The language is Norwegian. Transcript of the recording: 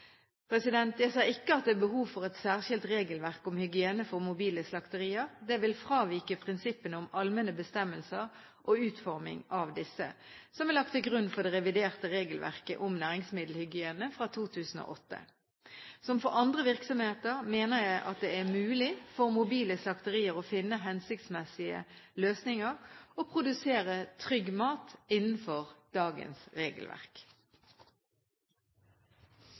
Jeg ser ikke at det er behov for et særskilt regelverk om hygiene for mobile slakterier. Det vil fravike prinsippene om allmenne bestemmelser og utforming av disse, som er lagt til grunn for det reviderte regelverket om næringsmiddelhygiene fra 2008. Som for andre virksomheter mener jeg det er mulig for mobile slakterier å finne hensiktsmessige løsninger og produsere trygg mat innenfor dagens regelverk.